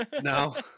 No